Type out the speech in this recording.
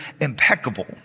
impeccable